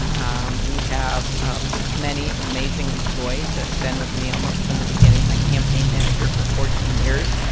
um we have um many amazing employees that have been with me almost from the beginning my campaign manager for fourteen years.